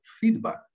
feedback